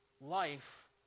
life